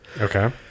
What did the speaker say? Okay